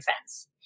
defense